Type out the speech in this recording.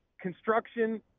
construction